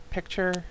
Picture